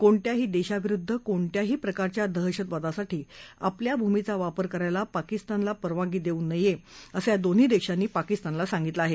कोणत्याही देशाविरुद्ध कोणत्याही प्रकारच्या दहशतवादासाठी आपल्या भूनीचा वापर करायला पाकिस्ताननं परवानगी देऊ नये असं या दोन्ही देशांनी पाकिस्तानला सांगितलं आहे